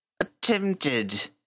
attempted